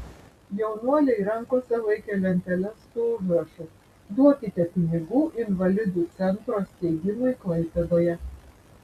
jaunuoliai rankose laikė lenteles su užrašu duokite pinigų invalidų centro steigimui klaipėdoje